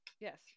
Yes